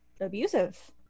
abusive